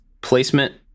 placement